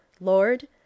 LORD